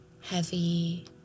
heavy